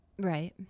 right